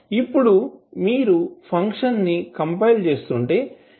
ఇప్పుడు మీరు function compile చేస్తుంటే ftf1tf2tf3t